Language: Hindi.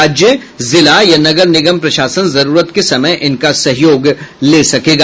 राज्य जिला या नगर निगम प्रशासन जरूरत के समय इनका सहयोग ले सकेगा